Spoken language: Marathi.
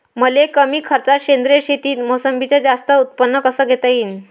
मले कमी खर्चात सेंद्रीय शेतीत मोसंबीचं जास्त उत्पन्न कस घेता येईन?